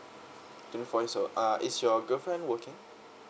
twenty four and so uh is your girlfriend working